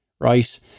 right